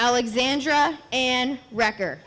alexandra and record